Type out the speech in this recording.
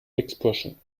expression